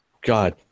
God